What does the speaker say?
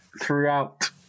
throughout